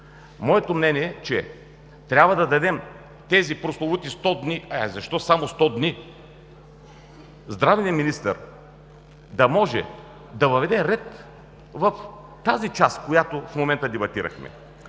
Моето мнение е, че трябва да дадем тези прословути 100 дни – а защо само 100 дни – за да може здравният министър да въведе ред в тази част, която в момента дебатираме.